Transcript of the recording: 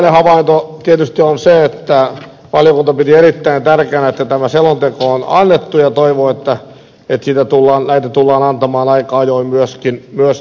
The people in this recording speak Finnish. ensimmäinen havainto tietysti on se että valiokunta piti erittäin tärkeänä että tämä selonteko on annettu ja toivoo että näitä tullaan antamaan aika ajoin myöskin jatkossa